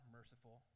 merciful